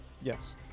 Yes